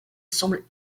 semble